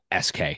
SK